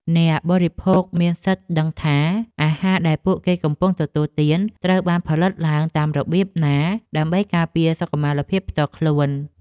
អ្នកបរិភោគមានសិទ្ធិដឹងថា អាហារដែលពួកគេកំពុងទទួលទានត្រូវបានផលិតឡើងតាមរបៀបណា ដើម្បីការពារសុខុមាលភាពផ្ទាល់ខ្លួន។